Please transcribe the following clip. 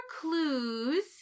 clues